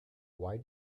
why